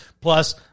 plus